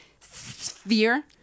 Sphere